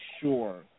sure